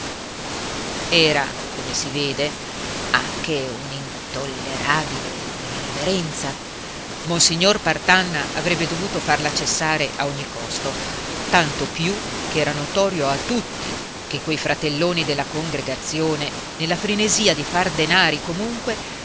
era come si vede anche un'intollerabile irriverenza monsignor partanna avrebbe dovuto farla cessare a ogni costo tanto più ch'era notorio a tutti che quei fratelloni della congregazione nella frenesia di far denari comunque